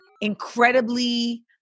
incredibly